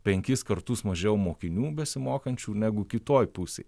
penkis kartus mažiau mokinių besimokančių negu kitoj pusėj